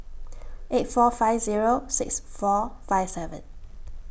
eight four five Zero six four five seven